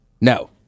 no